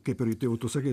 kaip ir i jau tu sakei